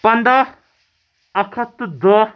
پَنٛداہ اکھ ہَتھ تہٕ دہ